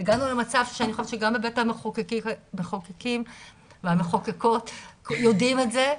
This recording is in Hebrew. והגענו למצב שאני חושבת שגם בבית המחוקקים והמחוקקות יודעים את זה.